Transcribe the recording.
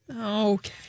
Okay